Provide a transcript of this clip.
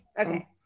okay